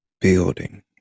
building